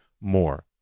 more